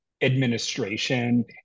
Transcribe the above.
administration